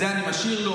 את זה אני משאיר לו,